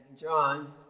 John